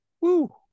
Woo